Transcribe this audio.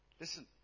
Listen